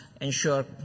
ensure